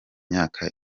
myaka